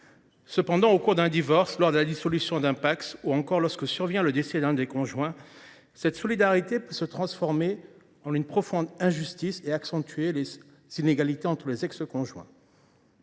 Cependant, au cours d’un divorce, lors de la dissolution d’un Pacs ou encore lorsque survient le décès d’un des conjoints, elle peut se transformer en une profonde injustice et accentuer les inégalités entre les ex conjoints.